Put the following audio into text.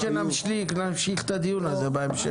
יכול להיות שנמשיך את הדיון הזה בהמשך.